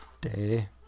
day